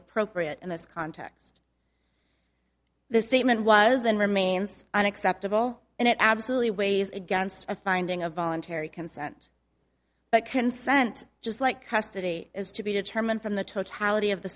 appropriate in this context the statement was and remains unacceptable and it absolutely weighs against a finding of voluntary consent but consent just like custody is to be determined from the totality of the